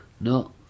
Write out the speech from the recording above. No